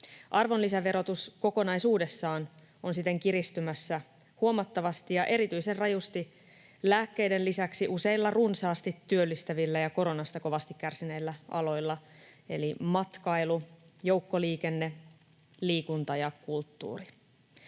Arvonlisäverotus kokonaisuudessaan on siten kiristymässä huomattavasti ja erityisen rajusti lääkkeiden lisäksi useilla runsaasti työllistävillä ja koronasta kovasti kärsineillä aloilla eli matkailussa, joukkoliikenteessä, liikunnassa ja kulttuurissa.